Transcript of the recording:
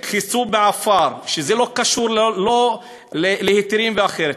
כיסו בעפר, כשזה לא קשור להיתרים או דבר אחר.